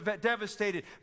devastated